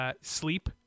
sleep